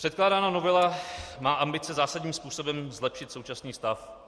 Předkládaná novela má ambice zásadním způsobem zlepšit současný stav.